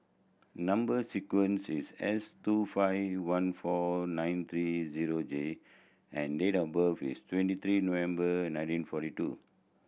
number sequence is S two five one four nine three zero J and date of birth is twenty three November nineteen forty two